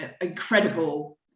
incredible